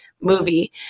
movie